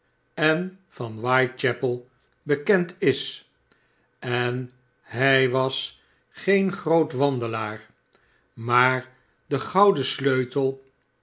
en van whitechapel bekend is en hij was geen groot wandelaar maar de c oud en sleutel